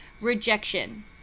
rejection